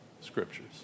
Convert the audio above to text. Scriptures